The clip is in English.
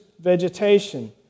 vegetation